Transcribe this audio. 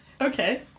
Okay